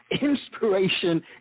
Inspiration